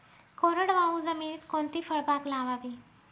कोरडवाहू जमिनीत कोणती फळबाग लावावी?